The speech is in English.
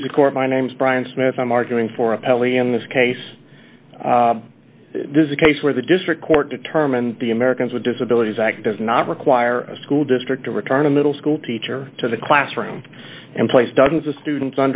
please the court my name's brian smith i'm arguing for a penalty in this case there's a case where the district court determined the americans with disabilities act does not require a school district to return a middle school teacher to the classroom and place dozens of students